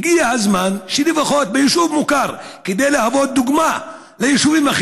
שמשלם מחיר כבד מאוד כל יום.